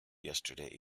yesterday